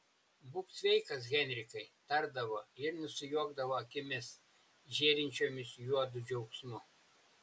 būk sveikas henrikai tardavo ir nusijuokdavo akimis žėrinčiomis juodu džiaugsmu